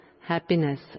happiness